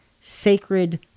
sacred